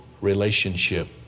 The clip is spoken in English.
relationship